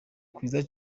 kwiza